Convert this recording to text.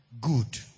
Good